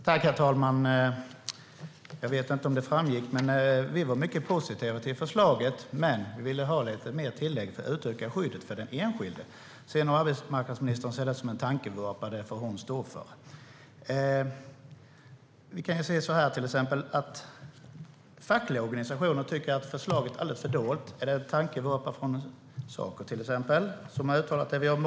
Herr talman! Jag vet inte om det framgick, men vi var mycket positiva till förslaget. Vi ville dock ha fler tillägg för att utöka skyddet för den enskilde. Om sedan arbetsmarknadsministern ser detta som en tankevurpa får det stå för henne. Fackliga organisationer tycker att förslaget är alldeles för dolt. Saco har till exempel uttalat detta. Är det en tankevurpa?